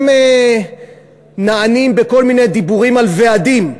הם נענים בכל מיני דיבורים על ועדים.